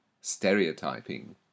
stereotyping